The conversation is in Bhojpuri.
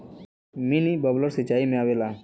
मिनी बबलर सिचाई में आवेला